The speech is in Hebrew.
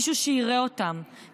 מישהו שיראה אותם,